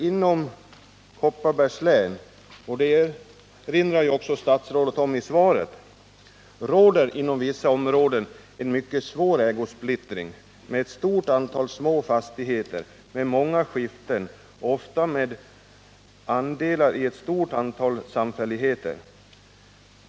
Inom länet råder — och det erinrar också statsrådet om i svaret — i vissa områden en mycket svår ägosplittring. Det är ett stort antal små fastigheter med många skiften, ofta med andelar i en mängd samfälligheter.